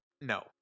No